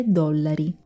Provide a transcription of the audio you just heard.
dollari